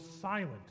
silent